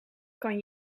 kan